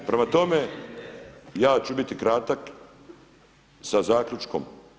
Prema tome, ja ću biti kratak sa zaključkom.